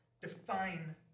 define